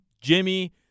Jimmy